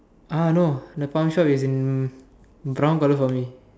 ah no the farm shop is in brown color for me